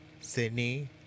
Sydney